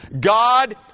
God